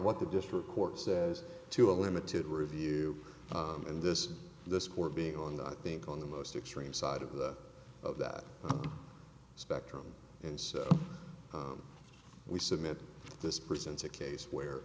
what the district court says to a limited review and this this court being on the i think on the most extreme side of the of that spectrum and so we submit this presents a case where